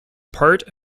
part